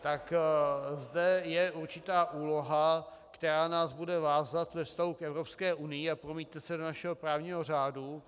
Tak zde je určitá úloha, která nás bude vázat ve vztahu k Evropské unii a promítne se do našeho právního řádu.